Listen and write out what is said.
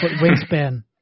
waistband